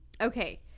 Okay